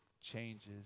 changes